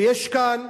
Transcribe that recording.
ויש כאן,